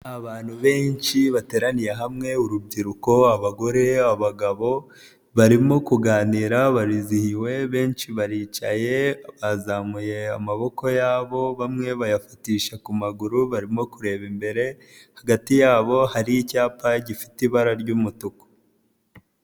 Abantu benshi bateraniye hamwe urubyiruko abagore abagabo, barimo kuganira barizihiwe benshi baricaye bazamuye amaboko yabo bamwe bayafatisha ku maguru barimo kureba imbere, hagati yabo hari icyapa gifite ibara ry'umutuku.